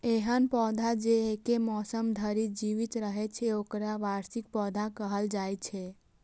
एहन पौधा जे एके मौसम धरि जीवित रहै छै, ओकरा वार्षिक पौधा कहल जाइ छै